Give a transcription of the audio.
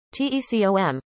TECOM